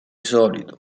solito